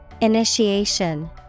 Initiation